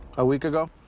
a week ago?